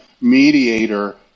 mediator